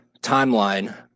timeline